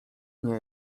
nie